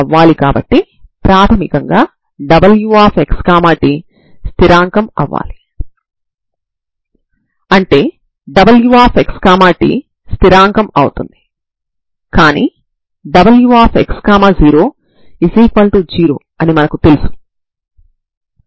కాబట్టి x డొమైన్లో ఈ ట్రాన్స్ఫర్మేషన్ తో మీ డొమైన్ 0 నుండి L కి మార్చబడుతుందని మీరు చూడవచ్చు సరేనా